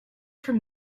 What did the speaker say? from